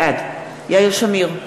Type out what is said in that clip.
בעד יאיר שמיר,